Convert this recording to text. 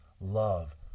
love